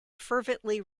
fervently